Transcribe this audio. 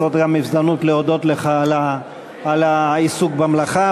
זו גם הזדמנות להודות לך על העיסוק במלאכה.